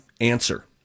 answer